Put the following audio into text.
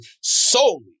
solely